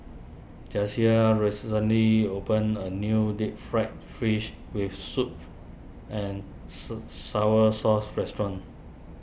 Jasiah recently opened a new Deep Fried Fish with Soup and Sour Sauce restaurant